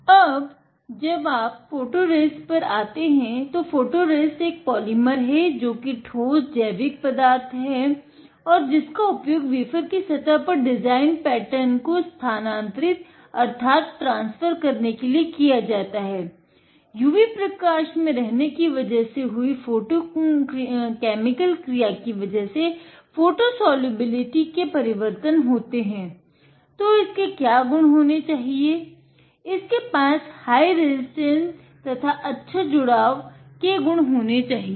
अब जब आप फ़ोटोरेसिस्ट पर आते हैं तो फ़ोटोरेसिस्ट एक पोलीमर है जोकि ठोस जैविक पदार्थ है और जिसका उपयोग वेफर की सतह पर डिज़ाइंड पैटर्नड के गुण होने चाहिए